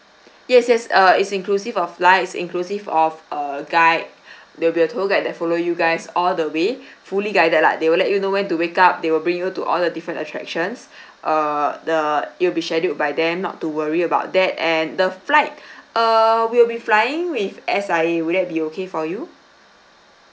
yes yes uh is inclusive of flights inclusive of a guide there will be a tour guide that follow you guys all the way fully guided lah they will let you know when to wake up they will bring you to all the different attractions err the it will be scheduled by them not to worry about that and the flight uh we'll be flying with S_I_A would that be okay for you